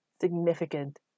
significant